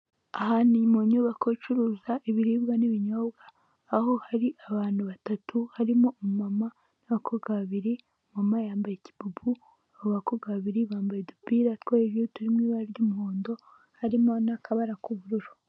Aha ni mu nyubako icururuza ibiribwa n'ibinyobwa aho hari abantu batatu harimo umu mama n'abakobwa babiri uwo mu mama yambaye ikibubu, abo bakobwa babiri bambaye udupira two hejuru turi mu ibara ry'umuhondo harimo n'akabara k'ubururu.